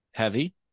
heavy